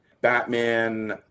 Batman